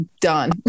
done